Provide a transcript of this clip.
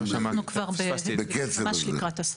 אנחנו כבר ממש לקראת הסוף.